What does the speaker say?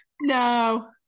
No